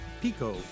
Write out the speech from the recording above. Pico